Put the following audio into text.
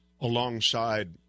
alongside –